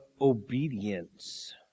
obedience